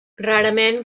rarament